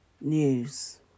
news